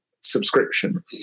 subscription